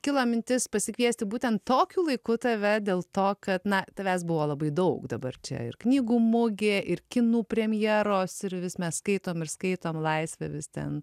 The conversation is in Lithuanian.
kilo mintis pasikviesti būtent tokiu laiku tave dėl to kad na tavęs buvo labai daug dabar čia ir knygų mugė ir kinų premjeros ir vis mes skaitom ir skaitom laisvė vis ten